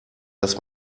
dass